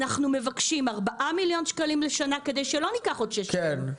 אנחנו מבקשים 4 מיליון שקלים לשנה כדי שלא ניקח עוד שש שנים,